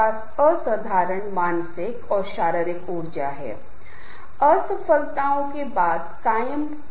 मैंने समूह की गतिशीलता से संबंधित बहुत चर्चा की है और कुछ निश्चित अंक हैं जिन्हें आपको ध्यान में रखना है लेकिन एक बात बहुत महत्वपूर्ण है